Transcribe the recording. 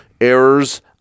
errors